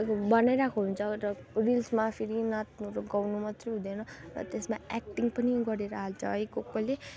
बनाइरहेको हुन्छ र रिल्समा फेरि नाच्नु र गाउनु मात्रै हुँदैन र त्यसमा एक्टिङ पनि गरेर हाल्छ है कसकसले